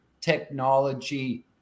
technology